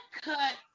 cut